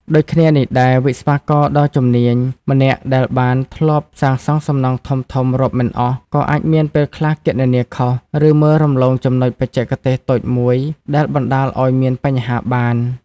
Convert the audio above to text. ដូចគ្នានេះដែរ វិស្វករដ៏ជំនាញម្នាក់ដែលធ្លាប់សាងសង់សំណង់ធំៗរាប់មិនអស់ ក៏អាចមានពេលខ្លះគណនាខុស ឬមើលរំលងចំណុចបច្ចេកទេសតូចមួយដែលបណ្ដាលឱ្យមានបញ្ហាបាន។